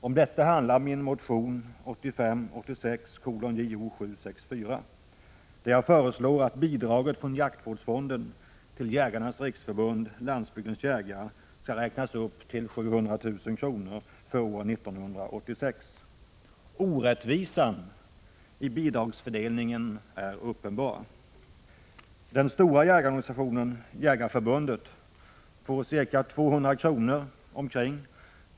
Om detta handlar min motion 1985/86:J0764, där jag föreslår att bidraget från jaktvårdsfonden till Jägarnas riksförbund-Landsbygdens jägare skall räknas upp till 700 000 kr. för år 1986. Orättvisan i bidragsfördelningen är uppenbar. Den stora jägarorganisationen, Jägareförbundet, får ca 200 kr.